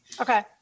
Okay